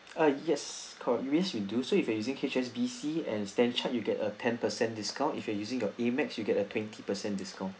ah yes co~ yes we do if you are using H_S_B_C and stan chart you get a ten percent discount if you are using your Amex you get a twenty percent discount